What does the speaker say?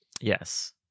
yes